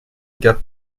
gap